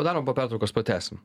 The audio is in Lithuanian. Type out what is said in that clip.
padarom po pertraukos pratęsim